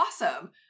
awesome